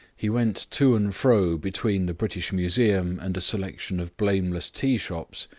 he went to and fro between the british museum and a selection of blameless tea-shops,